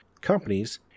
companies